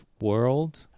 world